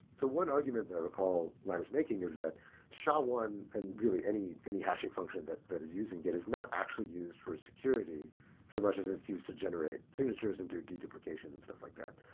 so one argument i recall linus making is that sha one and really, any any hashing function that that is using git is not actually used for security so much as it's used to generate signatures and do d duplication and stuff like that.